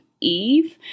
Eve